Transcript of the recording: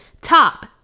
top